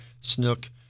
snook